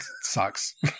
sucks